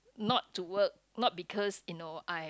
not to work not because you know I